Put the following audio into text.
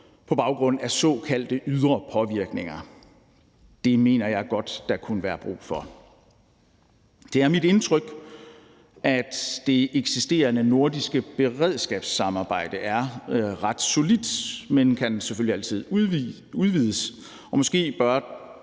på baggrund af såkaldte ydre påvirkninger? Det mener jeg godt der kunne være brug for. Det er mit indtryk, at det eksisterende nordiske beredskabssamarbejde er ret solidt, men det kan selvfølgelig altid udvides, og måske bør